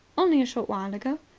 only a short while ago.